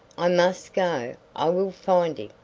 i must go. i will find him.